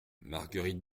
marguerite